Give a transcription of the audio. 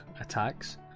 attacks